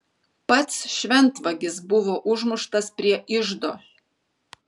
pats šventvagis buvo užmuštas prie iždo